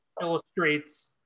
illustrates